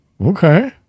okay